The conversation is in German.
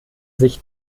sich